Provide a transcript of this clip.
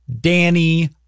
Danny